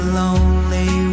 lonely